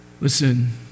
Listen